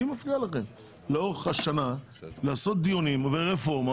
מי מפריע לכם לאורך השנה לעשות דיונים ורפורמה